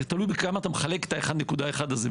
זה תלוי בכמה אתה מחלק את ה-1.1 הזה.